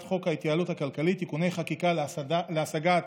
חוק ההתייעלות הכלכלית (תיקוני חקיקה להשגת